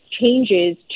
changes